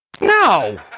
No